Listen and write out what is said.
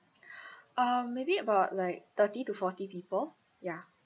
um maybe about like thirty to forty people ya